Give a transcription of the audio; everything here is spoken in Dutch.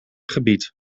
gebied